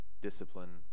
discipline